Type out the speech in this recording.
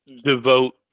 devote